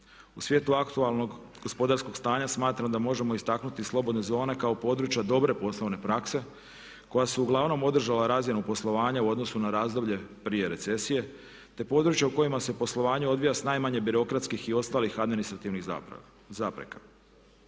U svijetu aktualnog gospodarskog stanja smatram da možemo istaknuti slobodne zone kao područja dobre poslovne prakse koja su uglavnom održala razinu poslovanja u odnosu na razdoblje prije recesije te područja u kojima se poslovanje odvija sa najmanje birokratskih i ostalih administrativnih zapreka.